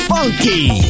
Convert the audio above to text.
Funky